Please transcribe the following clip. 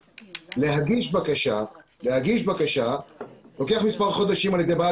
להגיש בקשה לוקח מספר חודשים על ידי בעל